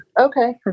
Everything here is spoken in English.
Okay